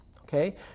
Okay